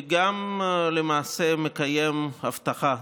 וגם למעשה מקיים הבטחה.